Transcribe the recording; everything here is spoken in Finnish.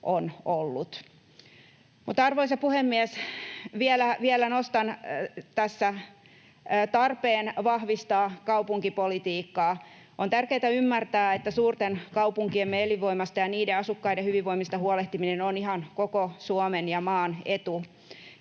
on ollut. Arvoisa puhemies! Vielä nostan tässä tarpeen vahvistaa kaupunkipolitiikkaa. On tärkeätä ymmärtää, että suurten kaupunkiemme elinvoimasta ja niiden asukkaiden hyvinvoinnista huolehtiminen on ihan koko Suomen ja maan etu,